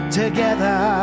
together